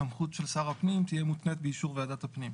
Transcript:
סמכות של שר הפנים תהיה מותנית באישור ועדת הפנים.